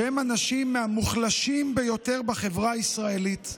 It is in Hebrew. שהם אנשים מהמוחלשים ביותר בחברה הישראלית,